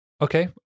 Okay